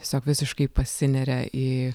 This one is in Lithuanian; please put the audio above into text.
tiesiog visiškai pasineria į